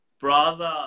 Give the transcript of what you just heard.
Brother